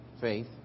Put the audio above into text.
Faith